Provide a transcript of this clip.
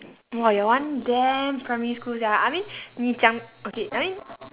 !wah! your one damn primary school sia I mean 你讲 okay I mean